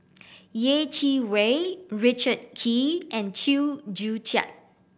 Yeh Chi Wei Richard Kee and Chew Joo Chiat